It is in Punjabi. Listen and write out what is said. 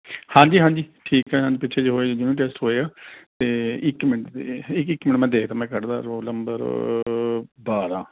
ਹਾਂਜੀ ਹਾਂਜੀ ਠੀਕ ਹੈ ਪਿੱਛੇ ਜਿਹੇ ਹੋਏ ਜੂਨੀਅਰ ਟੈਸਟ ਹੋਏ ਹੈ ਅਤੇ ਇੱਕ ਮਿੰਟ ਇੱਕ ਇੱਕ ਮਿੰਟ ਮੈਂ ਦੇਖਦਾ ਮੈਂ ਕੱਢਦਾ ਰੋਲ ਨੰਬਰ ਬਾਰਾਂ